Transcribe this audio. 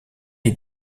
est